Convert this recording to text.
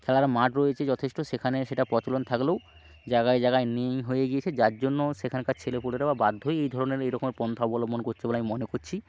খেলার মাঠ রয়েছে যথেষ্ট সেখানে সেটা প্রচলন থাকলেও জায়গায় জায়গায় নীল হয়ে গিয়েছে জাজ্জন্য সেখানকার ছেলেপুলেরাও বাধ্য হয়ে এই ধরনের এই রকমের পন্থা অবলম্বন করছে বলে আমি মনে করছি